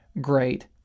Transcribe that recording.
great